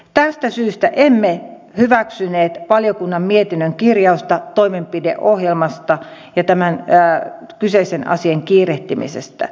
tästä syystä emme hyväksyneet valiokunnan mietinnön kirjausta toimenpideohjelmasta ja tämän kyseisen asian kiirehtimisestä